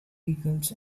vehicles